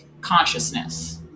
consciousness